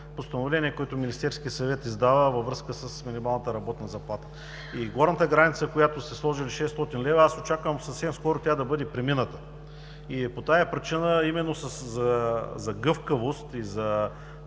По тази причина именно за гъвкавост и за